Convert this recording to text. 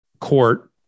court